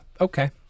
Okay